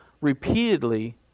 repeatedly